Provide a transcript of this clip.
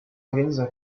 organisent